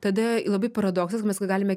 tada labai paradoksas mes ką galime